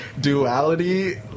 Duality